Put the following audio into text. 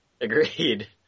Agreed